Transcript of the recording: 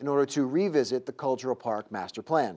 in order to revisit the cultural park master plan